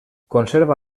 conserva